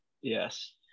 yes